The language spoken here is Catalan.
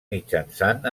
mitjançant